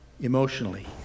emotionally